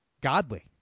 godly